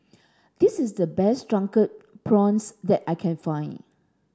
this is the best drunken prawns that I can find